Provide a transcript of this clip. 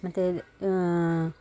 ಮತ್ತೆ